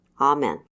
Amen